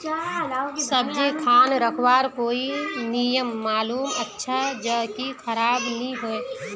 सब्जी खान रखवार कोई नियम मालूम अच्छा ज की खराब नि होय?